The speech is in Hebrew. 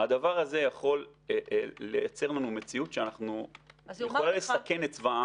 הדבר הזה יכול לייצר לנו מציאות שיכולה לסכן את צבא העם,